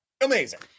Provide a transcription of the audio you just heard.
Amazing